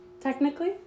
technically